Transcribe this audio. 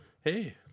Hey